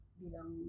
bilang